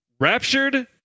raptured